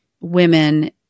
women